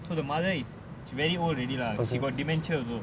so the mother is she very old already lah she got dementia also